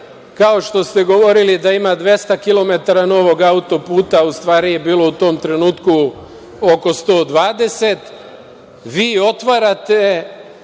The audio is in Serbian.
kao što ste govorili da ima 200 kilometara novog autoputa, u stvari je bilo u tom trenutku oko 120, vi otvarate